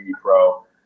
pro